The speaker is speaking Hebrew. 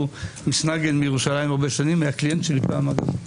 הוא היה קליינט שלי פעם, אגב.